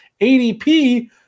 ADP